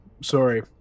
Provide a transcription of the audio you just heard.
sorry